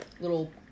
little